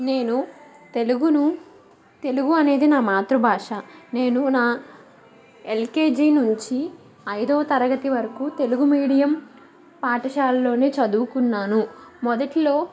నేను తెలుగును తెలుగు అనేది నా మాతృభాష నేను నా ఎల్కేజీ నుంచి ఐదవ తరగతి వరకు తెలుగు మీడియం పాఠశాలలోనే చదువుకున్నాను మొదట్లో